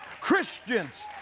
Christians